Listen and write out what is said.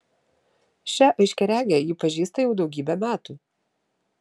šią aiškiaregę ji pažįsta jau daugybę metų